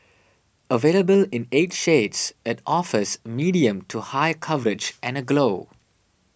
available in eight shades it offers medium to high coverage and a glow